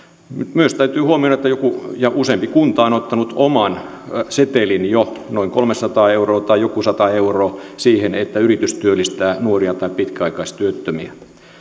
myös täytyy huomioida että joku ja useampi kunta on ottanut oman setelin jo noin kolmesataa euroa tai joku sata euroa siihen että yritys työllistää nuoria tai pitkäaikaistyöttömiä